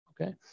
okay